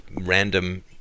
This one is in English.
random